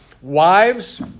Wives